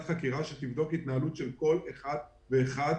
חקירה שתבדוק התנהלות של כל אחד ואחד,